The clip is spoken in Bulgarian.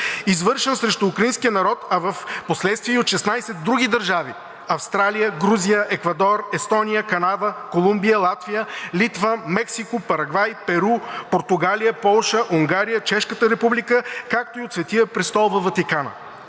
извършен срещу украинския народ, а в последствие и от 16 други държави – Австралия, Грузия, Еквадор, Естония, Канада, Колумбия, Латвия, Литва, Мексико, Парагвай, Перу, Португалия, Полша, Унгария, Чешката република, както и от Светия престол във Ватикана.